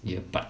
earbud